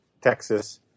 Texas